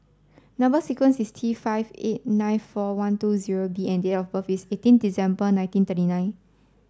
number sequence is T five eight nine four one two zero B and date of birth is eighteen December nineteen thirty nine